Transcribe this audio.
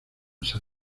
san